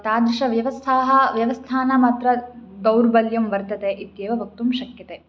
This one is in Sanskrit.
तादृशव्यवस्थाः व्यवस्थानामत्र दौर्बल्यं वर्तते इत्येव वक्तुं शक्यते